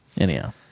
anyhow